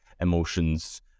emotions